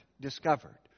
discovered